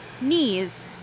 knees